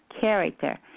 character